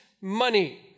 money